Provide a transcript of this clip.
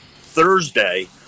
Thursday